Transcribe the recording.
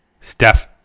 Steph